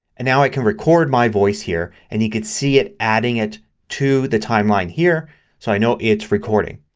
and now i can record my voice here and you can see it adding it to the timeline here so i know it's recording.